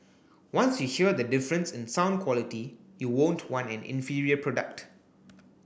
once you hear the difference in sound quality you won't want an inferior product